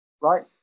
right